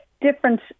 different